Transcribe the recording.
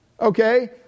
okay